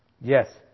yes